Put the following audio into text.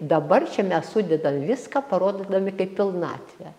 dabar čia mes sudedam viską parodydami kaip pilnatvę